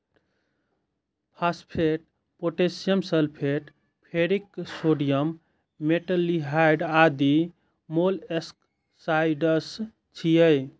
phosphate, potassium sulphate, ferric sodium, metaldehyde आदि molluscicides छियै